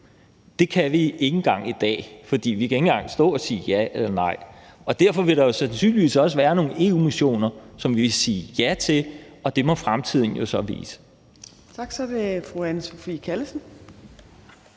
Det kan vi ikke engang i dag, for vi kan hverken sige ja eller nej. Derfor vil der sandsynligvis også være nogle EU-missioner, som vi vil sige ja til, og det må fremtiden jo så vise. Kl. 15:16 Tredje næstformand